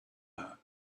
her